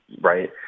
right